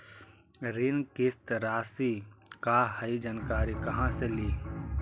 ऋण किस्त रासि का हई जानकारी कहाँ से ली?